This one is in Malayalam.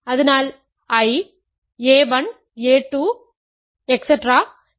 അതിനാൽ I a 1 a 2